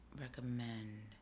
recommend